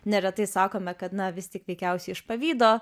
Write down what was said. neretai sakome kad na vis tik veikiausiai iš pavydo